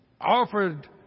offered